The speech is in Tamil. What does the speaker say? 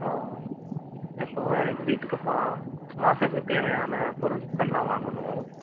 ஆ எப்போவா எனக்கு வீட்டுக்குப்பா மாசத்துக்கு தேவையான பொருட்கள்லாம் வாங்கணும்